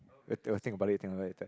better think about it think about it